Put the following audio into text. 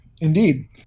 Indeed